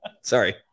Sorry